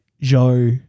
Joe